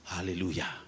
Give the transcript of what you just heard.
hallelujah